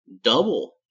double